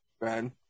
Ben